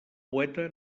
poeta